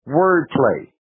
wordplay